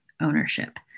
ownership